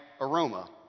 aroma